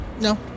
No